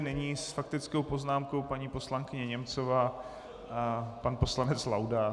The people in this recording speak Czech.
Nyní s faktickou poznámkou paní poslankyně Němcová a dále pan poslanec Laudát.